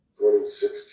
2016